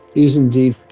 is indeed,